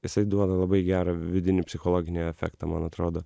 jisai duoda labai gerą vidinį psichologinį efektą man atrodo